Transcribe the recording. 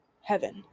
heaven